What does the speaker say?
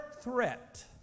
threat